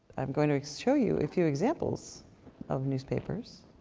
going to show you a few examples of newspapers.